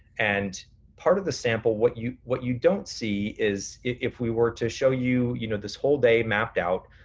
and part of the sample, what you what you don't see is if we were to show you you know this whole day mapped out,